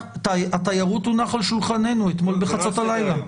התיירות הונח על שולחננו אתמול בחצות הלילה,